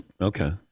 Okay